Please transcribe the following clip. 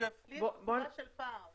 כבר ------ תעודה של פעם.